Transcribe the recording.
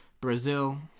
Brazil